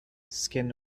skin